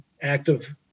active